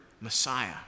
Messiah